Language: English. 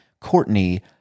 Courtney